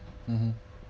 mm